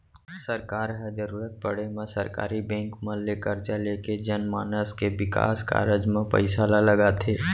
सरकार ह जरुरत पड़े म सरकारी बेंक मन ले करजा लेके जनमानस के बिकास कारज म पइसा ल लगाथे